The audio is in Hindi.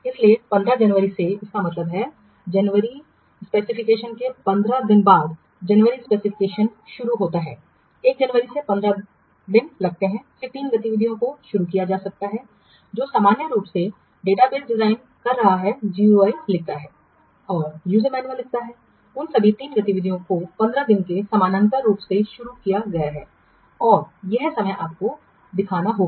इसलिए 15 जनवरी से इसका मतलब है जनवरी स्पेसिफिकेशन के 15 दिनों बाद जनवरी स्पेसिफिकेशन 15 जनवरी से शुरू होता है 1 जनवरी में 15 दिन लगते हैं फिर 3 गतिविधियों को शुरू किया जा सकता है जो समान रूप से डेटाबेस डिजाइन कर रहा है GUI लिखता है और यूजर मैनुअल लिखता है उन सभी 3 गतिविधियों को 15 जनवरी से समानांतर रूप से शुरू किया गया है और यह समयआपको दिखाना होगा